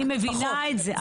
זה, אני מבינה את זה.